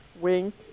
Wink